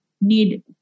need